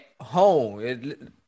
home